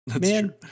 man